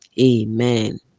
Amen